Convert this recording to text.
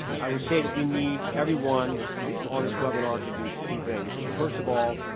i would say that we need everyone on this webinar to do two things first of all,